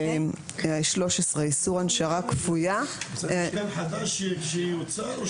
זה מיתקן חדש שייוצר?